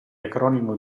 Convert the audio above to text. acronimo